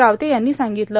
रावते यांनी सांगगतलं